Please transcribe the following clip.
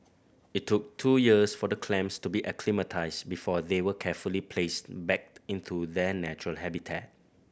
it took two years for the clams to be acclimatised before they were carefully placed back into their natural habitat